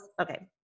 Okay